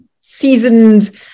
seasoned